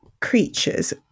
creatures